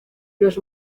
los